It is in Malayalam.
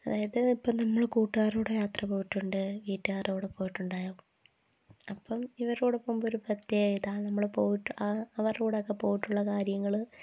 അതായത് ഇപ്പോള് നമ്മള് കൂട്ടുകാരുടെ കൂടെ യാത്ര പോയിട്ടുണ്ട് വീട്ടുകാരുടെ കൂടെ പോയിട്ടുണ്ട് അപ്പോള് ഇവരുടെ കൂടെ പോകുമ്പോള് ഒരു പ്രത്യേക ഇതാണ് നമ്മള് പോയിട്ട് അവരുടെ കൂടെ പോയിട്ടുള്ള കാര്യങ്ങള്